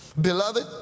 Beloved